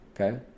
okay